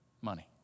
money